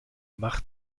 macht